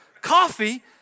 coffee